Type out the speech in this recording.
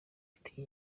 ati